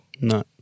No